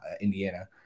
Indiana